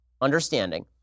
understanding